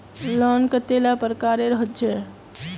Loan कतेला प्रकारेर होचे?